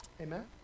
Amen